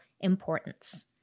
importance